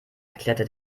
erklärte